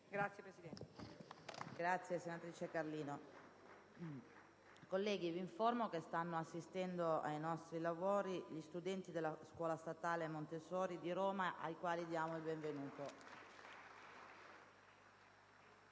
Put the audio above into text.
apre una nuova finestra"). Colleghi, vi informo che stanno assistendo ai nostri lavori gli studenti della Scuola statale «Montessori» di Roma, ai quali diamo il benvenuto.